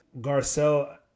Garcelle